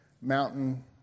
mountain